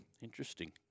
Interesting